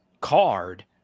card